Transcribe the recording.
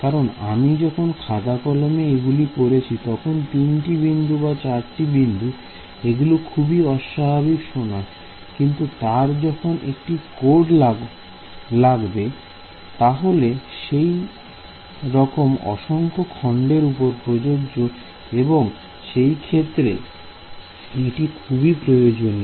কারণ আমি যখন খাতা কলমে এগুলি করছি তখন তিনটি বিন্দু বা চারটি বিন্দু এগুলি খুবই অস্বাভাবিক শোনায় কিন্তু তুমি যখন একটি কোড লাগবে তাহলে সেটি সেই রকম অসংখ্য খন্ডের উপর প্রযোজ্য এবং সেই ক্ষেত্রে এটি খুবই প্রয়োজনীয়